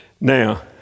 Now